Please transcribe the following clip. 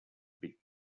pit